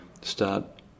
start